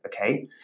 okay